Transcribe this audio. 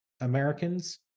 americans